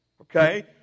okay